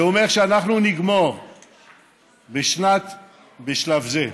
זה אומר שאנחנו נגמור בשלב זה,